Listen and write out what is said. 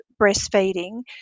breastfeeding